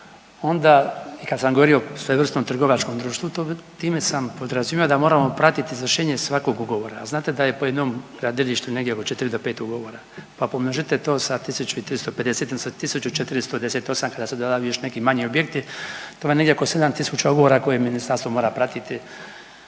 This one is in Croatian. onda kad sam govorio o svojevrsnom trgovačkom društvu time sam podrazumijevao da moramo pratiti izvršenje svakog ugovora, a znate da je po jednom gradilištu negdje oko 4 do 5 ugovora, pa pomnožite to sa 1.350 ili sa 1.438 kada se dodaju još neki manji objekti to vam je negdje oko 7.000 ugovora koje ministarstvo mora pratiti.